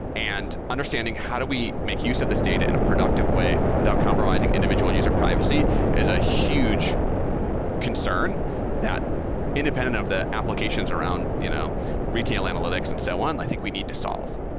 and understanding how do we make use of this data in a productive way without compromising individual user privacy is a huge concern that independent of the applications around you know retail analytics and so on, i think we need to solve